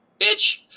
Bitch